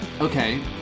okay